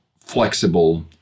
flexible